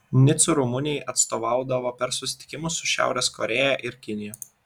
nicu rumunijai atstovaudavo per susitikimus su šiaurės korėja ir kinija